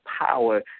power